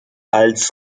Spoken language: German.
als